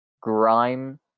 grime